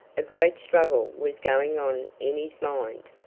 a great struggle was going on in his mind.